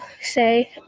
say